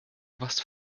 was